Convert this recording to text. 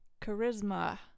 charisma